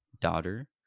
daughter